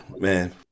man